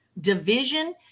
division